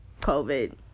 COVID